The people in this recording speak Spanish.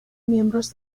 miembros